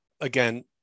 Again